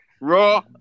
raw